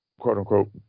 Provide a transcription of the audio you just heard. quote-unquote